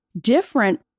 Different